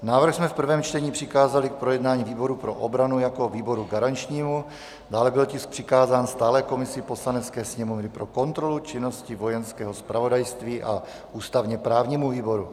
Návrh jsme v prvém čtení přikázali k projednání výboru pro obranu jako výboru garančnímu, dále byl tisk přikázán stálé komisi Poslanecké sněmovny pro kontrolu činnosti Vojenského zpravodajství a ústavněprávnímu výboru.